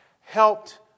helped